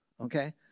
okay